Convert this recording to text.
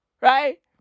Right